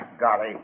golly